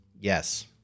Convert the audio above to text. Yes